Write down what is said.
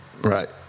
Right